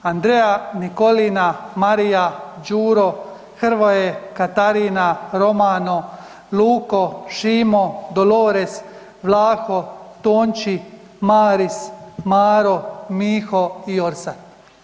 Andreja, Nikolina, Marija, Đuro, Hrvoje, Katarina, Romano, Luko, Šimo, Dolores, Vlaho, Tonči, Maris, Maro, Miho i Orsat.